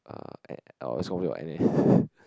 uh at I was probably out of N_S